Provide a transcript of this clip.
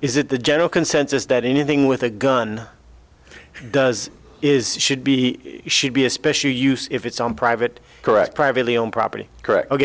is it the general consensus that anything with a gun does is should be should be especially use if it's on private correct privately owned property correct ok